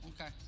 okay